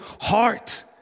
heart